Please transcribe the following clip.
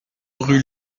rue